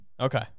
Okay